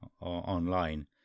online